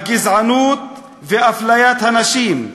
הגזענות ואפליית הנשים,